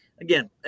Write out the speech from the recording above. again